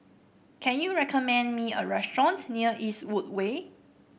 can you recommend me a restaurant near Eastwood Way